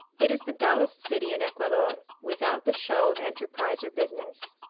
it is the dullest city in ecuador, without the show of enterprise or business.